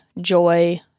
joy